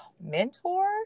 mentor